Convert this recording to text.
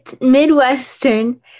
Midwestern